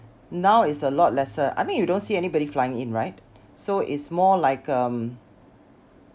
now is a lot lesser I mean you don't see anybody flying in right so it's more like um